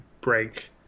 break